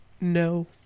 no